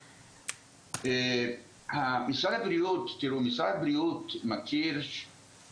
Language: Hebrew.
אם הייתי מסיים הייתי מגיע לאותה מסקנה שאת הגעת,